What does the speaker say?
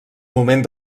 moment